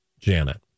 Janet